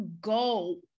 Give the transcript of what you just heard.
go